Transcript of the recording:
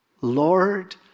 Lord